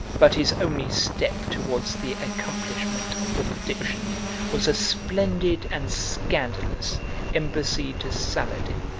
but his only step towards the accomplishment of the prediction was a splendid and scandalous embassy to saladin,